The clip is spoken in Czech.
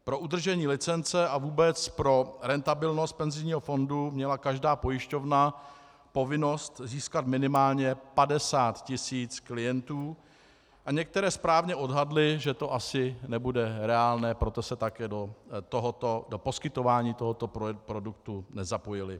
Pro udržení licence a vůbec pro rentabilnost penzijního fondu měla každá pojišťovna povinnost získat minimálně 50 tisíc klientů a některé správně odhadly, že to asi nebude reálné, proto se také do poskytování tohoto produktu nezapojily.